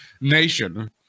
Nation